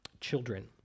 children